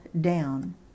down